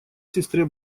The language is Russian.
сестре